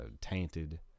tainted